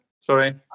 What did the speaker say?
Sorry